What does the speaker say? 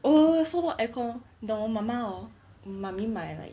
oh so no aircon 你懂我妈妈 hor 我 mummy 买 like